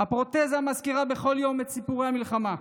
הפרוטזה מזכירה בכל יום את סיפורי המלחמה,